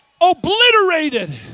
obliterated